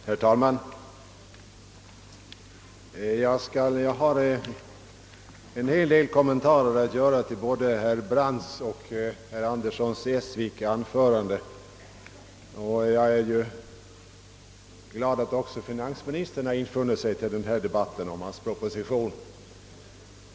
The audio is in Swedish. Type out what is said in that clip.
Herr talman! Jag har en hel del kommentarer att göra till såväl herr Brandts som herr Anderssons i Essvik anförande. Jag är glad att också finansministern nu har infunnit sig till debatten om hans proposition.